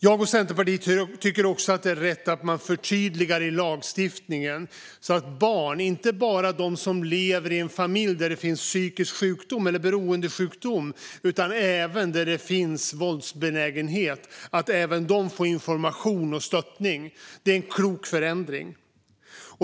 Jag och Centerpartiet tycker också att det är rätt att man förtydligar i lagstiftningen så att inte bara de barn som lever i en familj där det finns psykisk sjukdom eller beroendesjukdom får information och stöttning utan även barn som lever i en familj där det finns våldsbenägenhet. Det är en klok förändring.